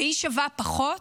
והיא שווה פחות.